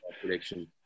prediction